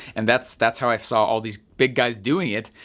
and that's that's how i saw all these big guys doing it,